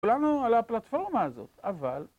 כולנו על הפלטפורמה הזאת אבל